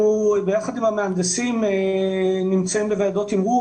אנחנו נמצאים בוועדות תמרור